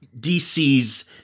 DC's